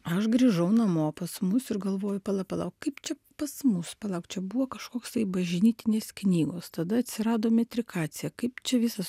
aš grįžau namo pas mus ir galvoju pala pala o kaip čia pas mus palauk čia buvo kažkoksai bažnytinės knygos tada atsirado metrikacija kaip čia visas